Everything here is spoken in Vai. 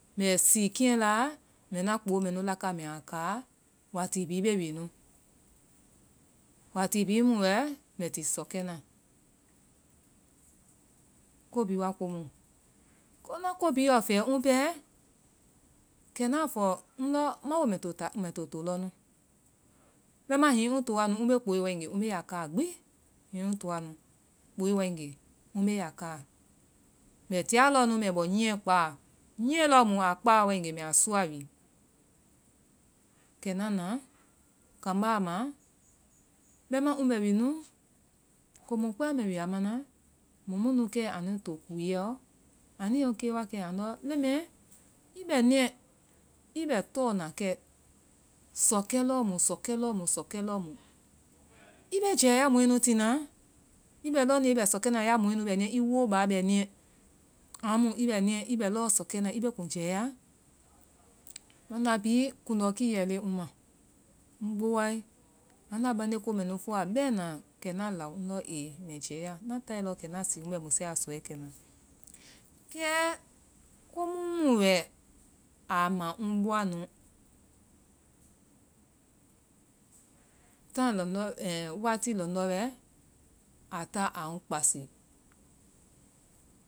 Mbɛ sii keŋɛ laa mbɛ ŋna poo mɛnu laka mbɛ a kaa wati bhii bee wi nu, witi bhii mu wɛɛ mbɛ ti sɔ kɛ na, ko bhii wa a komu, ŋna ko bhii yɔ fɛɛ ŋ pɛɛ, kɛna a fɔ ndɔ ma woo mbɛ to tolɔ nu. bɛimaa hiŋi ŋ toa nu, mbee kpooe waegee ŋ bee a kaa gbi. hiŋi ŋ toa nu, kpooe waegee ŋ bee a kaa, mbɛ tiya lɔɔ nu mbɛ bɔ nyiɛɛ kpáa, nyiɛɛ lɔɔ mu aa kpáa waegee mbɛ a sɔa wi. Kɛ ŋna na, kambá a ma, bɛima ŋ bɛ wi nu, komu kpɛɛ mbɛ wi a mana, mɔ mu nu kɛ anui to kúuyɛɔ, anu yɛŋ kee wakɛ andɔ leŋ mɛɛ, í bɛ niɛ, i bɛ tɔɔna kɛ, sɔkɛ lɔɔ mu, sɔkɛ lɔɔ mu, sɔkɛ lɔɔ mu, i bee jɛɛ ya mɔɛ nu tina? I bɛ lɔɔ niɛ, i bɛ sɔkɛna, ya mɔɛ nu bɛ niɛ amu i bɛ niɛi bɛ lɔɔ sɔkɛna. I woo baa bɛ niyɛ, amu i bɛ lɔɔ sɔkɛna, i bee kuŋ jɛɛ ya, banda bhii kuŋndɔ kiiyɛ lɛ ŋ ma, ŋ gbowae, anda bande komɛɛ fɔa bɛɛna kɛ ŋna ŋndɔ ee, mɛ jɛɛa, ŋna taae lɔɔ kɛ ŋna sii mbɛ musuɛ a sɔkɛna, kɛɛ komu mu wɛ a ma ŋ bɔa nu, táai lɔndɔ́ wati lɔndɔ́ wɛ a táa aa ŋ kpasi.